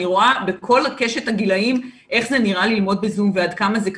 אני רואה בכל קשת הגילאים איך זה נראה ללמוד בזום ועד כמה זה קשה.